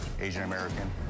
Asian-American